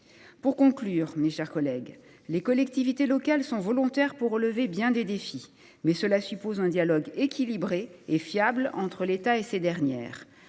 en cette fin d’exercice. Les collectivités locales sont volontaires pour relever bien des défis, mais cela suppose un dialogue équilibré et fiable entre l’État et ces dernières.